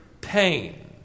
pain